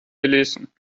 gelesen